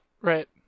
Right